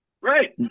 Right